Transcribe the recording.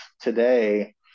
today